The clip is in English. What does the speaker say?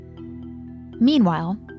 Meanwhile